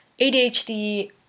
ADHD